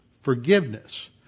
forgiveness